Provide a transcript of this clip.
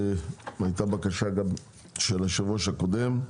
הייתה גם בקשה של היושב-ראש הקודם,